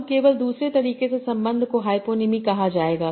अब केवल दूसरे तरीके से संबंध को हाईपोनीमी कहा जाएगा